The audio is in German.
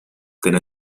denn